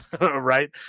right